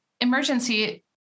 emergency